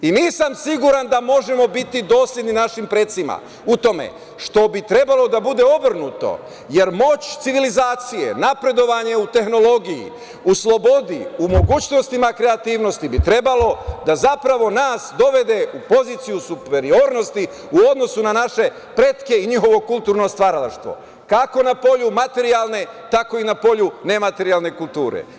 Nisam siguran da možemo biti dosledni našim precima u tome što bi trebalo da bude obrnuto, jer moć civilizacije, napredovanje u tehnologiji, u slobodi, u mogućnostima kreativnosti bi trebalo da zapravo nas dovede u poziciju superiornosti u odnosu na naše pretke i njihovo kulturno stvaralaštvo kako na polju materijalne, tako i na polju nematerijalne kulture.